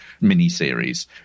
mini-series